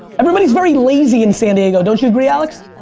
everybody's very lazy in san diego. don't you agree alex?